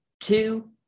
two